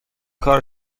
کار